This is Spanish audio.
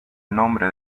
nombre